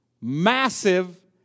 massive